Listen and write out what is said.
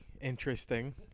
interesting